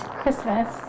Christmas